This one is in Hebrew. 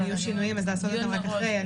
אם יהיו שינויים אז לעשות את זה רק אחרי.